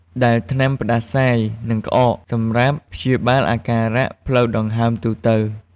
ដែលថ្នាំផ្តាសាយ និងក្អក សម្រាប់ព្យាបាលអាការៈផ្លូវដង្ហើមទូទៅ។